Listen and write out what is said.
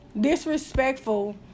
disrespectful